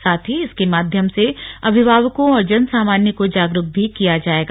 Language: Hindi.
साथ ही इसके माध्यम से अभिभावकों और जन सामान्य को जागरूक भी किया जाएगा